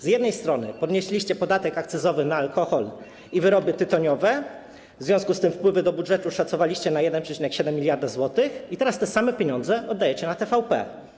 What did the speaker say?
Z jednej strony podnieśliście podatek akcyzowy na alkohol i wyroby tytoniowe, w związku z czym wpływy do budżetu szacowaliście na 1,7 mld zł, a teraz te same pieniądze oddajecie na TVP.